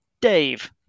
Dave